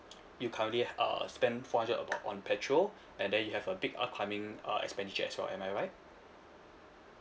you currently uh spend four hundred about on petrol and then you have a big upcoming uh expenditure as well am I right